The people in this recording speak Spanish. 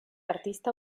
artista